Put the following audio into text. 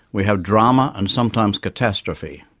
we have drama, and sometimes catastrophe.